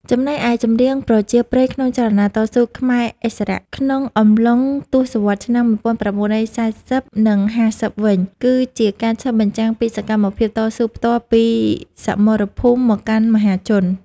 ចំណែកឯចម្រៀងប្រជាប្រិយក្នុងចលនាតស៊ូ ខ្មែរឥស្សរៈ ក្នុងអំឡុងទសវត្សរ៍ឆ្នាំ ១៩៤០ និង ៥០ វិញ គឺជាការឆ្លុះបញ្ចាំងពីសកម្មភាពតស៊ូផ្ទាល់ពីសមរភូមិមកកាន់មហាជន។